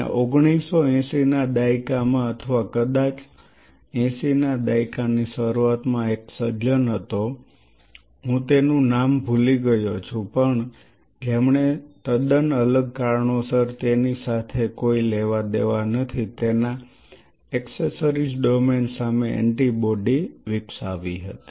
અને 1980 ના દાયકામાં અથવા કદાચ 80 ના દાયકાની શરૂઆતમાં એક સજ્જન હતો હું તેનું નામ ભૂલી ગયો છુ પણ જેમણે તદ્દન અલગ કારણોસર તેની સાથે કોઈ લેવાદેવા નથી તેના એક્સેસરી ડોમેન સામે એન્ટિબોડી વિકસાવી હતી